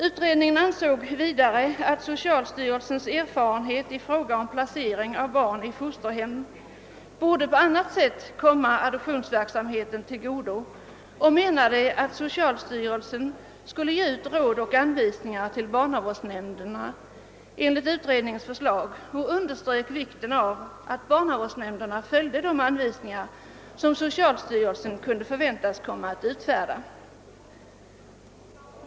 Utredningen ansåg vidare att socialstyrelsens erfarenhet i fråga om placering av barn i fosterhem borde på annat sätt komma adoptionsverksamheten till godo och menade att socialstyrelsen borde ge ut en skrift med råd och anvisningar till barnavårdsnämnderna enligt utredningens förslag. Man underströk också vikten av att barnavårdsnämnderna följde de anvisningar som socialstyrelsen kunde förväntas komma att utfärda.